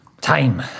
Time